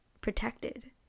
protected